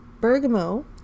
bergamot